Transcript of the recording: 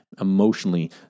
emotionally